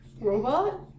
Robot